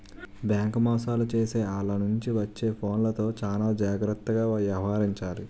bank మోసాలు చేసే ఆల్ల నుంచి వచ్చే ఫోన్లతో చానా జాగర్తగా యవహరించాలి